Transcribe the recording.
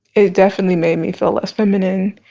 it definitely made me feel less feminine